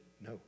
No